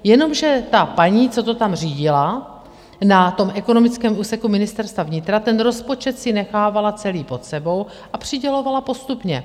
Jenomže ta paní, co to tam řídila na tom ekonomickém úseku Ministerstva vnitra, ten rozpočet si nechávala celý pod sebou a přidělovala postupně.